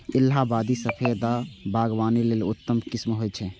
इलाहाबादी सफेदा बागवानी लेल उत्तम किस्म होइ छै